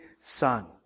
Son